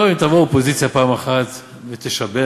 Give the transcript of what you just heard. זה טוב אם תבוא האופוזיציה פעם אחת ותשבח